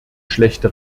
schlechte